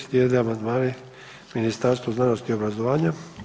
Slijede amandmani Ministarstvu znanosti i obrazovanja.